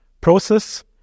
process